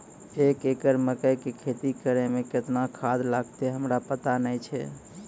एक एकरऽ मकई के खेती करै मे केतना खाद लागतै हमरा पता नैय छै?